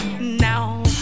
Now